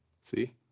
see